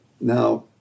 Now